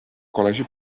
col·legi